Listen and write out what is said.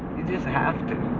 you just have to.